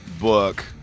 book